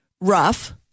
rough